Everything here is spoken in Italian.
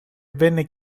venne